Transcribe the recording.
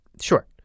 Sure